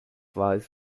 lies